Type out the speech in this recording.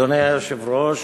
אדוני היושב-ראש,